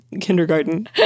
kindergarten